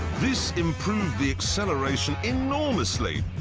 this improved the acceleration enormously,